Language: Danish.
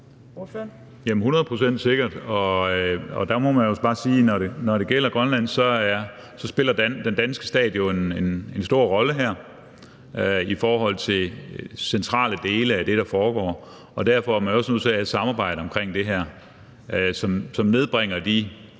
procent sikkert. Der må man bare sige, at når det gælder Grønland, så spiller den danske stat jo en stor rolle i forhold til centrale dele af det, der foregår. Derfor er man jo også nødt til at have et samarbejde omkring det her, som nedbringer de